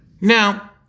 Now